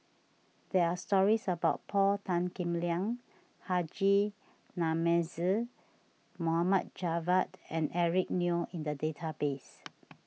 there are stories about Paul Tan Kim Liang Haji Namazie Mohd Javad and Eric Neo in the database